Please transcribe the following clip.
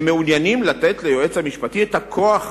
הם מעוניינים לתת ליועץ המשפטי את הכוח